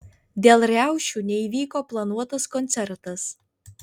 dėl riaušių neįvyko planuotas koncertas